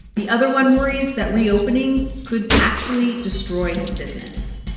the other one worries that reopening could actually destroy his business